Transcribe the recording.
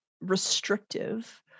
restrictive